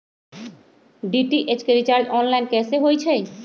DTH के recharge online कैसे होईछई?